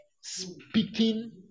speaking